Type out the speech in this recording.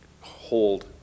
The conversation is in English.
hold